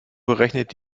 berechnet